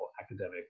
academic